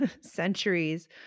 centuries